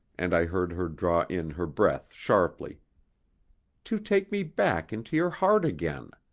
and i heard her draw in her breath sharply to take me back into your heart again.